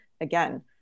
Again